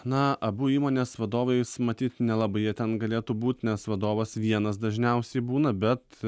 na abu įmonės vadovais matyt nelabai jie ten galėtų būt nes vadovas vienas dažniausiai būna bet